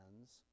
hands